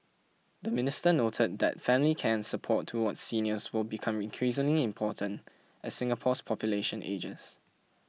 the minister noted that family care and support towards seniors will become increasingly important as Singapore's population ages